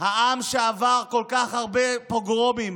לעם שעבר כל כך הרבה פוגרומים,